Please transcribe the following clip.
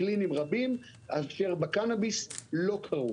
רבים, אשר בקנביס לא קרו.